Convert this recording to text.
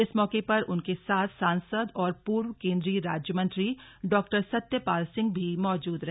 इस मौके पर उनके साथ सांसद और पूर्व केंद्रीय राज्यमंत्री डॉ सत्यपाल सिंह भी मौजूद रहे